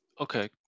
Okay